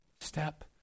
step